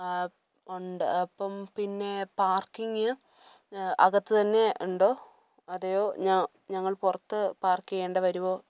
ആ ഉണ്ട് അപ്പം പിന്നെ പാർക്കിങ് അകത്ത് തന്നെ ഉണ്ടോ അതെയോ ഞാൻ ഞങ്ങൾ പുറത്ത് പാർക്ക് ചെയ്യേണ്ടി വരുവോ